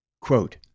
Quote